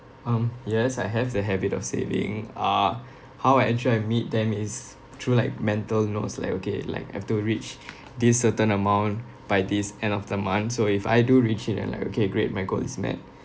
um yes I have the habit of saving uh how I ensure I meet them is through like mental notes like okay like I've to reach this certain amount by this end of the month so if I do reach it I'm like okay great my goal is met